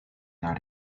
naar